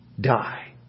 die